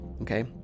Okay